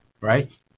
right